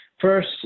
First